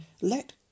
Let